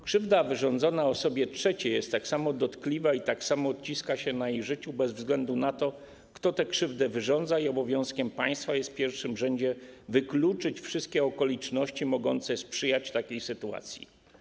Krzywda wyrządzona osobie trzeciej jest tak samo dotkliwa i tak samo odciska się na ich życiu bez względu na to, kto tę krzywdę wyrządza, i obowiązkiem państwa jest w pierwszym rzędzie wykluczyć wszystkie okoliczności mogące sprzyjać takiej sytuacji.